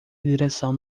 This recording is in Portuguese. direção